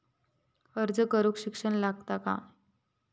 अर्ज करूक शिक्षण लागता काय?